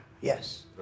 yes